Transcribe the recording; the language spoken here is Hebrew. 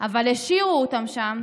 אבל השאירו אותם שם